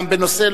גם בנושא,